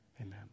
Amen